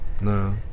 no